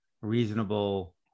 reasonable